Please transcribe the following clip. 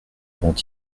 avant